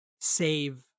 save